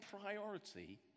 priority